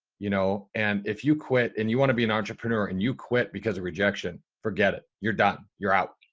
you know? and if you quit and you want to be an entrepreneur and you quit because of rejection, forget it. you're done. you're out.